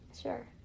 sure